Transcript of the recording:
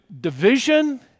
division